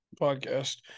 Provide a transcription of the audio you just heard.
podcast